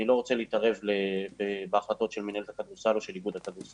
אני לא רוצה להתערב בהחלטות של מינהלת הכדורסל או של איגוד הכדורסל.